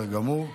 גמור.